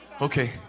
okay